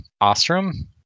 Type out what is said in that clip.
Ostrom